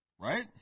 Right